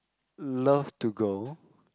love to go